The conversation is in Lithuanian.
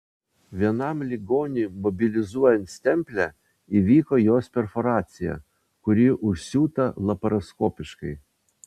vienam ligoniui mobilizuojant stemplę įvyko jos perforacija kuri užsiūta laparoskopiškai